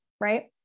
right